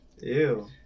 ew